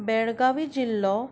बेलगावी जिल्लो